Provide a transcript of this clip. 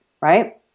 right